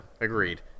agreed